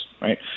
right